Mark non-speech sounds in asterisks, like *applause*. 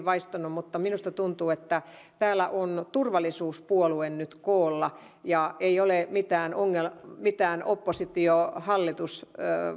*unintelligible* vaistonnut mutta minusta tuntuu että täällä on turvallisuuspuolue nyt koolla ei ole mitään oppositio hallitus